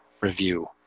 review